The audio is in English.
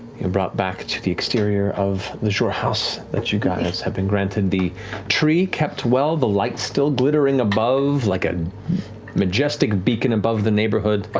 and brought back to the exterior of the xhorhaus that you guys have been granted. the tree kept well, the lights still glittering above, like a majestic beacon above the neighborhood.